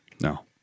No